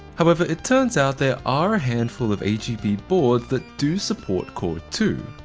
however, it turns out there are a handful of agp boards that do support core two.